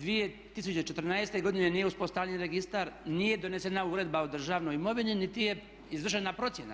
2014. godine nije uspostavljen registar, nije donesena uredba o državnoj imovini, niti je izvršena procjena.